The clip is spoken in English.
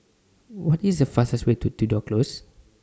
What IS The fastest Way to Tudor Close